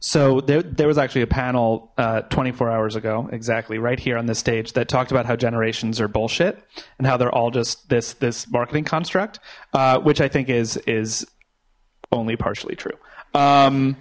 so there was actually a panel twenty four hours ago exactly right here on this stage that talked about how generations are bullshit and how they're all just this this marketing construct which i think is is only partially true